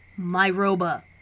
Myroba